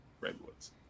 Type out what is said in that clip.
redwoods